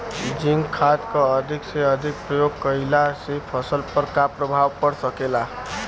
Zinc खाद क अधिक से अधिक प्रयोग कइला से फसल पर का प्रभाव पड़ सकेला?